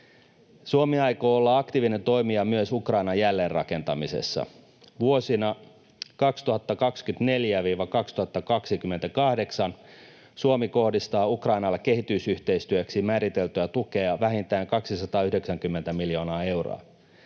Suomi aikoo olla aktiivinen toimija myös Ukrainan jälleenrakentamisessa. Vuosina 2024—2028 Suomi kohdistaa Ukrainalle kehitysyhteistyöksi määriteltyä tukea vähintään 290 miljoonaa euroa.